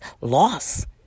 loss